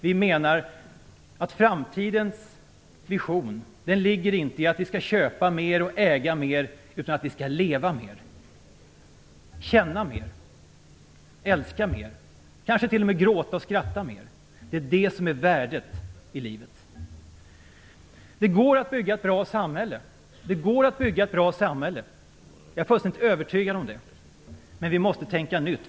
Vi menar att framtidens vision inte ligger i att vi skall köpa mer och äga mer utan att vi skall leva mer, känna mer, älska mer och kanske t.o.m. gråta och skratta mer. Det är det som är värdet i livet. Det går att bygga ett bra samhälle. Jag är helt övertygad om det. Men vi måste tänka nytt.